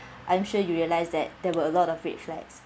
I'm sure you realise that there were a lot of red flags